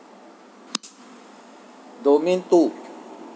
domain two